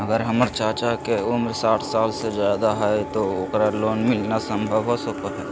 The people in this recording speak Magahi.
अगर हमर चाचा के उम्र साठ साल से जादे हइ तो उनका लोन मिलना संभव हो सको हइ?